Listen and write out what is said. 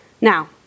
Now